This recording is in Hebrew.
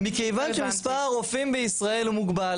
מכיוון שמספר הרופאים בישראל הוא מוגבל